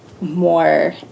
more